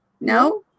No